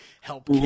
help